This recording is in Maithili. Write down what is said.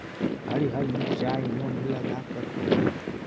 हरियर मिरचाई नोन लगाकए खो